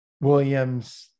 Williams